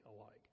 alike